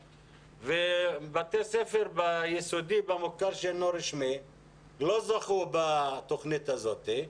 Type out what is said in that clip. ובתי ספר ביסודי במוכר שאינו רשמי לא זכו בתוכנית הזאת,